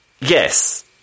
yes